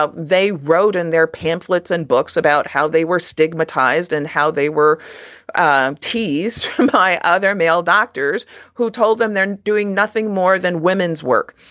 ah they wrote in their pamphlets and books about how they were stigmatized and how they were and teased by other male doctors who told them they're doing nothing more than women's work.